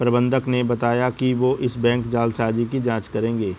प्रबंधक ने बताया कि वो इस बैंक जालसाजी की जांच करेंगे